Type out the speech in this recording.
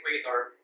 equator